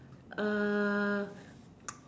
ah